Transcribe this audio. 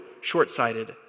short-sighted